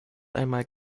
einmal